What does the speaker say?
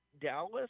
Dallas